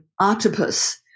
octopus